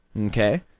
okay